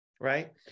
right